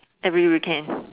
every weekend